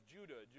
Judah